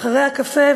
אחרי הקפה,